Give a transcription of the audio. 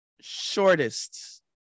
shortest